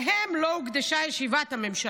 להם לא הוקדשה ישיבת הממשלה.